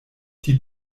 die